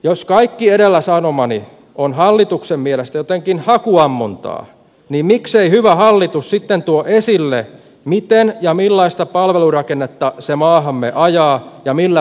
jos kaikki edellä sanomani on hallituksen mielestä jotenkin hakuammuntaa niin miksei hyvä hallitus sitten tuo esille miten ja millaista palvelurakennetta se maahamme ajaa ja millä perusteilla